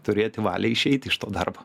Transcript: turėti valią išeiti iš to darbo